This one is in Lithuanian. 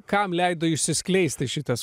kam leido išsiskleisti šitas